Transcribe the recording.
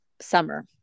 Summer